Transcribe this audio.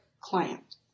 client